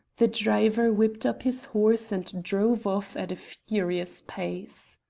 the driver whipped up his horse and drove off at a furious pace.